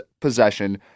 possession